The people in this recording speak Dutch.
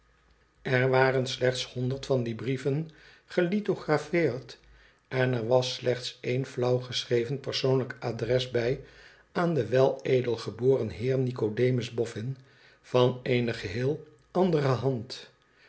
er waren slechts honderd van die brieven gelithographeerd en er was slechts één flauw geschreven persoonlijk adres bij aan den weledelgeboren heer nicodemus boffin van eene geheel andere hand